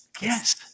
Yes